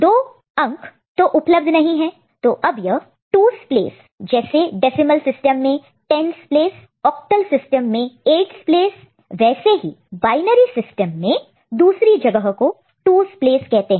2 तो उपलब्ध नहीं है तो अब यह 2's प्लेस जैसे डेसिमल सिस्टम में 10's प्लेस ऑक्टल सिस्टम में 8's प्लेस वैसे ही बायनरी सिस्टम में दूसरी जगह को 2's प्लेस कहते हैं